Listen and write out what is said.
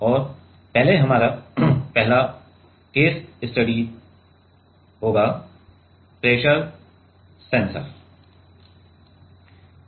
और पहले हमारा पहला केस स्टडी प्रेशर सेंसर पर होगा